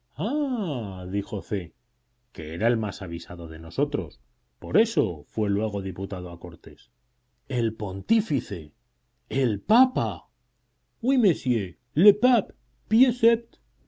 c que era el más avisado de nosotros por eso fue luego diputado a cortes el pontífice el papa oui monsieur le pape